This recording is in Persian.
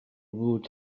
بود